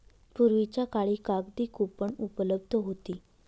पूर्वीच्या काळी कागदी कूपन उपलब्ध होती